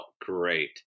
great